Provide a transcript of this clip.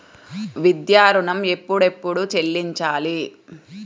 విద్యా ఋణం ఎప్పుడెప్పుడు చెల్లించాలి?